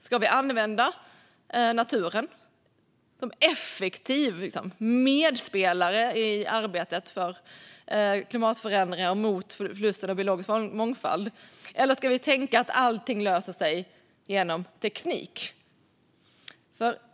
Ska vi använda naturen som en effektiv medspelare i arbetet mot klimatförändringar och mot förlusten av biologisk mångfald, eller ska vi tänka att allt löser sig med hjälp av teknik?